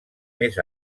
més